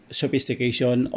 sophistication